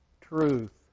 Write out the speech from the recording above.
truth